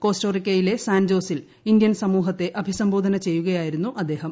കോസ്റ്റോറിക്കയിലെ സാൻജോസിൽ ഇന്ത്യൻ സമൂഹത്തെ അഭിസംബോധന ചെയ്യുകയായിരുന്നു അദ്ദേഹം